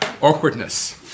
awkwardness